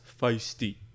feisty